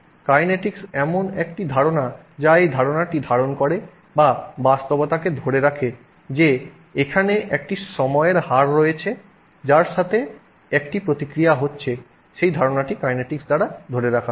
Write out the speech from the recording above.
kinetics এমন একটি ধারণা যা এই ধারণাটি ধারণ করে বা বাস্তবতাকে ধরে রাখে যে এখানে একটি সময়ের হার রয়েছে যার সাথে একটি প্রতিক্রিয়া হচ্ছে সেই ধারণাটি কাইনেটিকস দ্বারা ধরে রাখা হয়